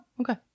okay